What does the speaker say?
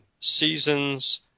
seasons